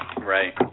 Right